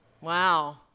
wow